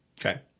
Okay